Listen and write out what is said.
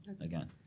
again